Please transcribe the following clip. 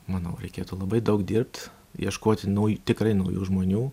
manau reikėtų labai daug dirbt ieškoti nauj tikrai naujų žmonių